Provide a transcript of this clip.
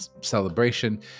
celebration